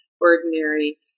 ordinary